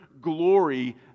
glory